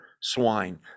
swine